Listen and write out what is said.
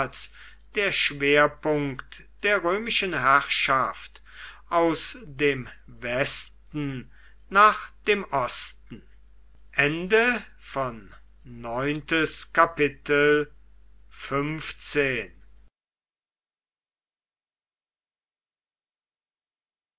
der schwerpunkt der römischen herrschaft aus dem westen nach dem osten